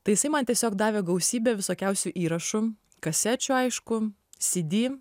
tai jisai man tiesiog davė gausybę visokiausių įrašų kasečių aišku sidi